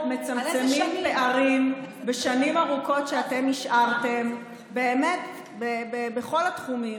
אנחנו מצמצמים פערים של שנים ארוכות שאתם השארתם באמת בכל התחומים,